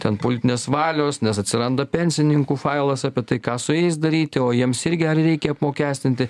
ten politinės valios nes atsiranda pensininkų failas apie tai ką su jais daryti o jiems irgi ar reikia apmokestinti